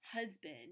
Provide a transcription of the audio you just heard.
husband